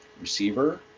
receiver